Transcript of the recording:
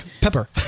Pepper